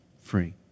free